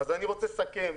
אני מסכם.